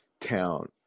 town